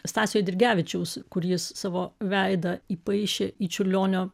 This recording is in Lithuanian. stasio eidrigevičiaus kur jis savo veidą įpaišė į čiurlionio